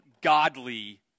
godly